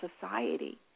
society